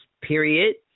period